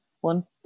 one